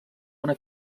una